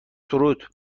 تروت